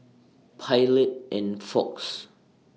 Pilot and Fox